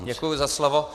Děkuji za slovo.